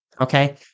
Okay